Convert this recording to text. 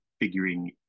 figuring